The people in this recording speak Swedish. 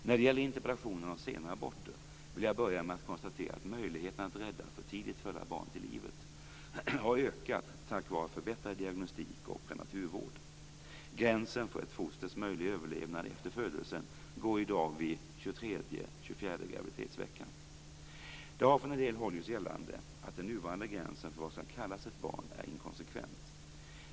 När det gäller interpellationen om sena aborter vill jag börja med att konstatera att möjligheterna att rädda för tidigt födda barn till livet har ökat tack vare förbättrad diagnostik och prematurvård. Gränsen för ett fosters möjliga överlevnad efter födelsen går i dag vid 23:e-24:e graviditetsveckan. Det har från en del håll gjorts gällande att den nuvarande gränsen för vad som skall kallas ett barn är inkonsekvent.